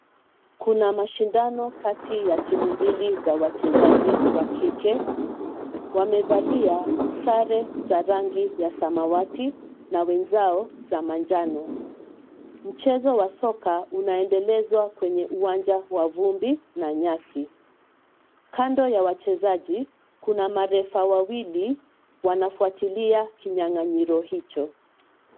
Kuna mashindano kati ya timu mbili za wachezaji wa kike, wamevalia sare za rangi ya samawati na wenzao za manjano. Mchezo wa soka unaendelezwa kwenye uwanja wa vumbi na nyasi. Kando ya wachezaji, kuna marefa wawili wanafuatilia kinyanga'nyiro hicho.